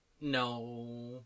No